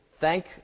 thank